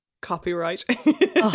Copyright